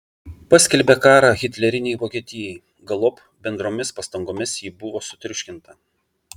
paskelbė karą hitlerinei vokietijai galop bendromis pastangomis ji buvo sutriuškinta